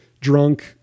drunk